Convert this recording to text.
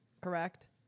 Correct